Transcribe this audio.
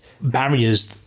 barriers